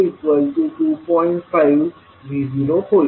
5V0होईल